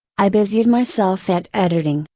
i busied myself at editing,